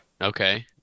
Okay